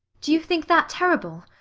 do you think that terrible?